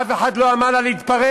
אף אחד לא אמר לה להתפרק.